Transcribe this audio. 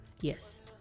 Yes